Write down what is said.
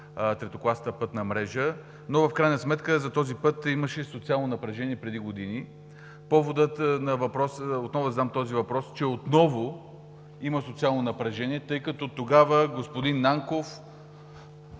третокласната пътна мрежа, но в крайна сметка за този път имаше социално напрежение преди години. Повод да задам отново този въпрос е, че отново има социално напрежение, тъй като тогава господин Нанков,